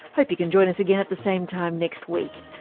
hope you can join us again at the same time next week.